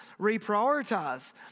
reprioritize